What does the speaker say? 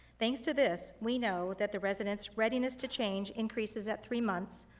thanks to this, we know that the residents' readiness to change increases at three months,